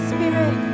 Spirit